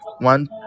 one